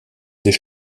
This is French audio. des